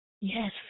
Yes